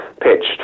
pitched